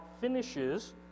finishes